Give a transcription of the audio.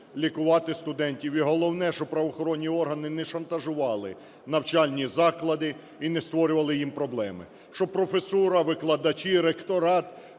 лікувати студентів, і головне, щоб правоохоронні органи не шантажували навчальні заклади і не створювали їм проблеми, щоб професура, викладачі, ректорат